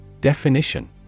Definition